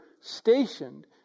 stationed